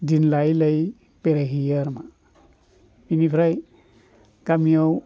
दिन लायै लायै बेरायहैयो आरो मा बिनिफ्राय गामियाव